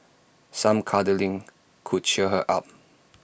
some cuddling could cheer her up